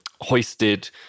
hoisted